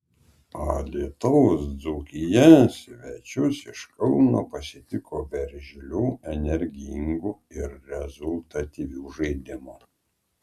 alytaus dzūkija svečius iš kauno pasitiko veržliu energingu ir rezultatyviu žaidimu